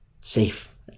safe